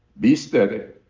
be steady,